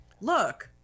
look